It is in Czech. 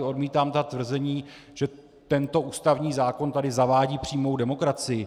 Odmítám tvrzení, že tento ústavní zákon tady zavádí přímou demokracii.